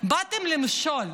באתם למשול.